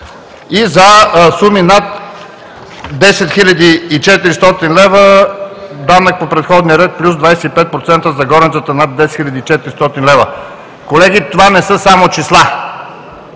и за суми над 10 хил. 400 лв. данък по предходния ред плюс 25% за горницата над 10 хил. 400 лв. Колеги, това не са само числа!